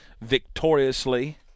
victoriously